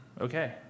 Okay